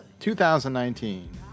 2019